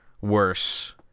worse